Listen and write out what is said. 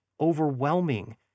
overwhelming